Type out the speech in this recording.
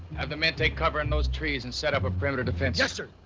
have the men take cover in those trees and set up. a perimeter defense. yes, sir.